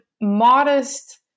modest